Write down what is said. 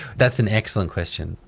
that's an excellent question.